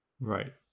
Right